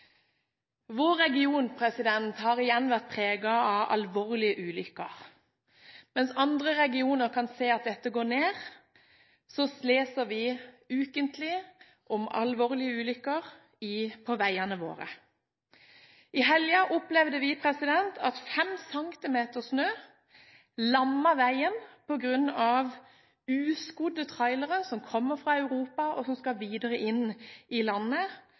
Vår region har igjen vært preget av alvorlige ulykker. Mens andre regioner kan se at dette tallet går ned, leser vi ukentlig om alvorlige ulykker på veiene våre. I helgen opplevde vi at 5 cm snø lammet veien på grunn av uskodde trailere som kom fra Europa og skulle videre inn i landet,